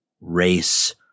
race